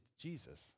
Jesus